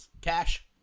Cash